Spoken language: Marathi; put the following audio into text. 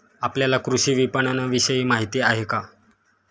आपल्याला कृषी विपणनविषयी माहिती आहे का?